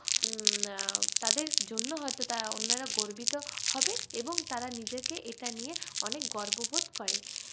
তাদের জন্য হয়তো তারা অন্যেরা গর্বিত হবে এবং তারা নিজেকে এটা নিয়ে অনেক গর্ববোধ করে